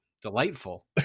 Delightful